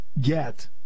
get